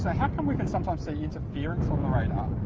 how come we can sometimes see interfere on the radar?